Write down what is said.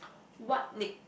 what nick~